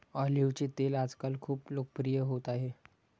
ऑलिव्हचे तेल आजकाल खूप लोकप्रिय होत आहे